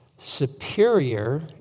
superior